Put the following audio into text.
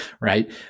Right